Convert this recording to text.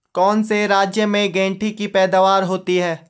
कौन से राज्य में गेंठी की पैदावार होती है?